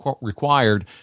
required